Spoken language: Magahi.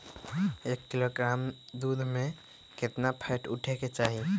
एक किलोग्राम दूध में केतना फैट उठे के चाही?